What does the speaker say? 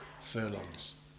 furlongs